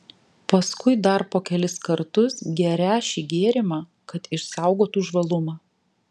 paskui dar po kelis kartus gerią šį gėrimą kad išsaugotų žvalumą